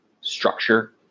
structure